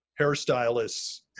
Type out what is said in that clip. hairstylist's